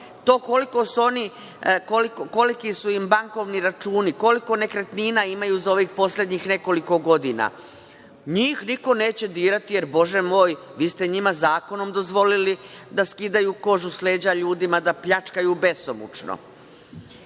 To koliki su im bankovni računi, koliko nekretnina imaju za ovih poslednjih nekoliko godina, njih niko neće dirati, jer Bože moj, vi ste njima zakonom dozvolili da skidaju kožu sa leđa ljudima, da pljačkaju besomučno. Da